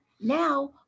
Now